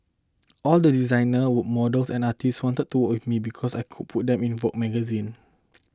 all the designer would models and artists wanted to work with me because I could put them in Vogue magazine